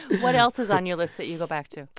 what else is on your list that you go back to?